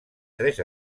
tres